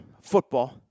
football